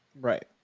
Right